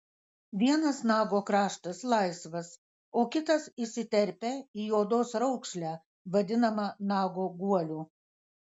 vienas nago kraštas laisvas o kitas įsiterpia į odos raukšlę vadinamą nago guoliu